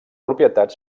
propietat